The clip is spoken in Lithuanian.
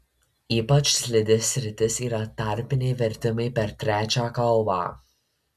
ypač slidi sritis yra tarpiniai vertimai per trečią kalbą